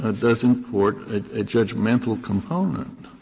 ah does import a judgmental component.